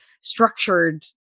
structured